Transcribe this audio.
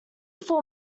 full